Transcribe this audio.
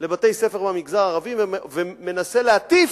לבתי-ספר במגזר הערבי ומנסה להטיף: